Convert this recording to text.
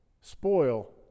spoil